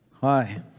Hi